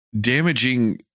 damaging